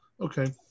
Okay